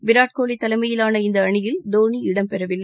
விராட் கோலி தலைமையிலான இந்த அணியில் தோனி இடம்பெறவில்லை